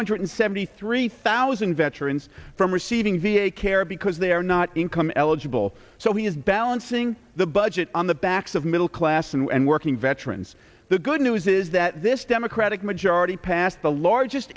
hundred seventy three thousand veterans from receiving v a care because they are not income eligible so he is balancing the budget on the backs of middle class and working veterans the good news is that this democratic majority passed the largest